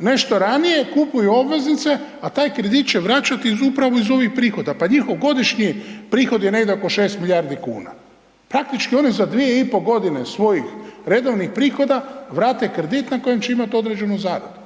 nešto ranije, kupuju obveznice, a taj kredit će vraćati upravo iz ovih prihoda. Pa njihov godišnji prihod je negdje oko 6 milijardi kuna. Praktički oni za 2,5 godine svojih redovnih prihoda vrate kredit na kojem će imati određenu zaradu.